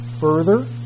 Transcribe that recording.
Further